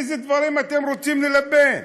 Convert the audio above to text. איזה דברים אתם רוצים ללבן?